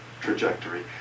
trajectory